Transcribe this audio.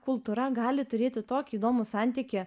kultūra gali turėti tokį įdomų santykį